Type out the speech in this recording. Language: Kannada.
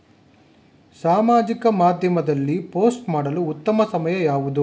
ಸಾಮಾಜಿಕ ಮಾಧ್ಯಮದಲ್ಲಿ ಪೋಸ್ಟ್ ಮಾಡಲು ಉತ್ತಮ ಸಮಯ ಯಾವುದು?